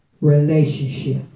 Relationship